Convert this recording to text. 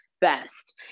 best